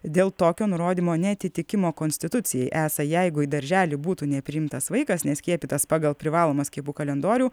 dėl tokio nurodymo neatitikimo konstitucijai esą jeigu į darželį būtų nepriimtas vaikas neskiepytas pagal privalomą skiepų kalendorių